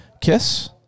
kiss